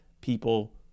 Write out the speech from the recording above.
People